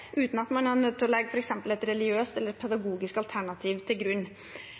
uten at man er nødt til å legge f.eks. et religiøst eller pedagogisk alternativ til grunn.